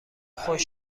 خوش